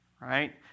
right